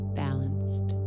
balanced